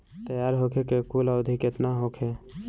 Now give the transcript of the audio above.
तैयार होखे के कुल अवधि केतना होखे?